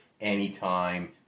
anytime